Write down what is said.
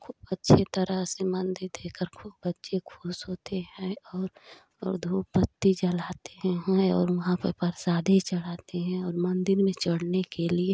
खूब अच्छे तरह से मंदिर देखकर खूब बच्चे खुश होते हैं और और धूपबत्ती जलाते हैं और वहाँ पर परसादी चढ़ाते हैं और मंदिर में चढ़ने के लिए